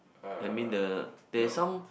uh no